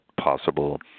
possible –